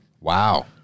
Wow